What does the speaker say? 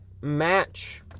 match